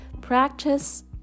Practice